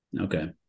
Okay